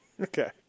Okay